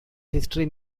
history